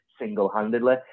single-handedly